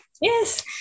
Yes